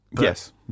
Yes